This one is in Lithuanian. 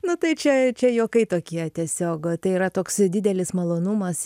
nu tai čia čia juokai tokie tiesiog tai yra toks didelis malonumas